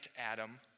Adam